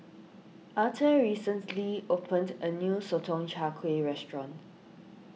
Arthur recently opened a new Sotong Char Kway restaurant